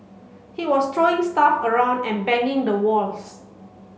he was throwing stuff around and banging the walls